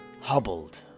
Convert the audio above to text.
hobbled